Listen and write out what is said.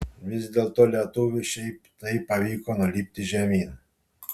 vis dėlto lietuviui šiaip taip pavyko nulipti žemyn